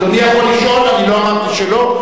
אדוני יכול לשאול, אני לא אמרתי שלא.